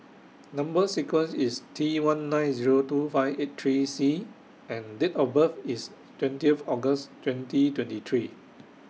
Number sequence IS T one nine Zero two five eight three C and Date of birth IS twentieth August twenty twenty three